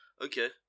okay